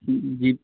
جی